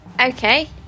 Okay